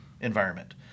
environment